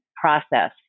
process